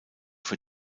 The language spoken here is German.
für